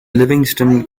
livingston